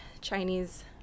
Chinese